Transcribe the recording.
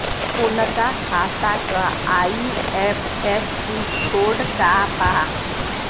उनका खाता का आई.एफ.एस.सी कोड का बा?